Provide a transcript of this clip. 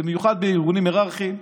במיוחד בארגונים הייררכיים,